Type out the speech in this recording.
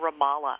Ramallah